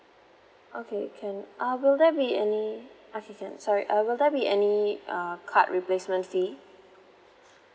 okay can uh will there be any okay can sorry uh will there be any uh card replacement fee